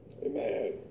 Amen